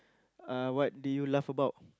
uh what did you laugh about